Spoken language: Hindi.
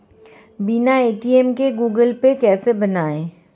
बिना ए.टी.एम के गूगल पे कैसे बनायें?